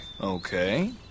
Okay